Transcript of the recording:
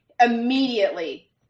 immediately